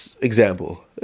example